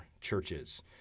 churches